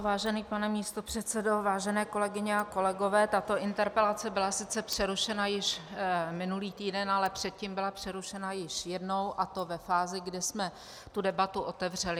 Vážený pane místopředsedo, vážené kolegyně a kolegové, tato interpelace byla sice přerušena již minulý týden, ale předtím byla přerušena již jednou, a to ve fázi, kdy jsme tu debatu otevřeli.